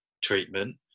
treatment